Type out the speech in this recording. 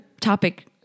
topic